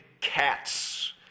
cats